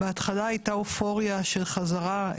בהתחלה הייתה אופוריה של חזרה,